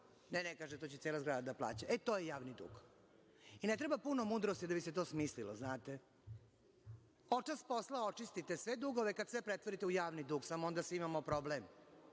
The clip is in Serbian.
Ne, ne, to će cela zgrada da plaća. E, to je javni dug. Ne treba puno mudrosti da bi se to smislio, znate. Očas posla očistite sve dugove kada sve pretvorite u javni dug, samo onda imamo svi problem